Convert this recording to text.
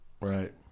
Right